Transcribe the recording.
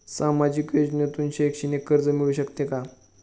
सामाजिक योजनेतून शैक्षणिक कर्ज मिळू शकते का?